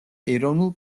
ეროვნულ